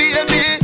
Baby